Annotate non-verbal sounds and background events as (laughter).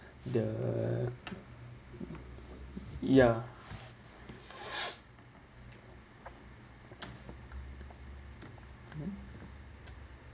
the ya (breath)